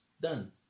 done